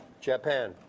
Japan